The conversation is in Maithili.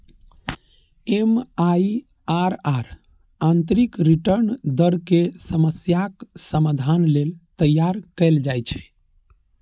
एम.आई.आर.आर आंतरिक रिटर्न दर के समस्याक समाधान लेल तैयार कैल जाइ छै